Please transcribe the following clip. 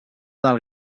del